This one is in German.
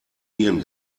nieren